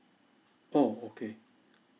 oh okay